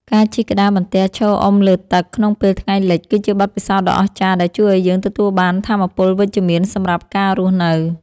ការជិះក្តារបន្ទះឈរអុំលើទឹកក្នុងពេលថ្ងៃលិច គឺជាបទពិសោធន៍ដ៏អស្ចារ្យដែលជួយឱ្យយើងទទួលបានថាមពលវិជ្ជមានសម្រាប់ការរស់នៅ។